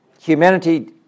Humanity